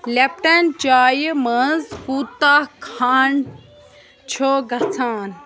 لٮ۪پٹن چایہِ منٛز کوٗتاہ کھںٛد چھو گژھان